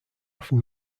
often